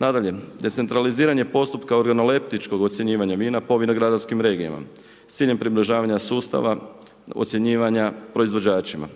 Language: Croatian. Nadalje, decentraliziranje postupka organoleptičkog ocjenjivanja vina po vinogradarskim regijama s ciljem približavanja sustava ocjenjivanja proizvođačima.